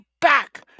back